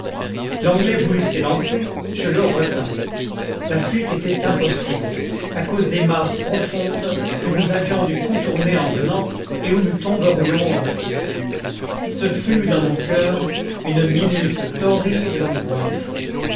l'anglais voulut s'élancer je le retins la fuite était impossible à cause des mares profondes que nous avions dû contourner en venant et où nous tomberions au retour ce fut dans nos coeurs une minute d'horrible angoisse